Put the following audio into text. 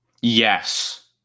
Yes